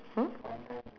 okay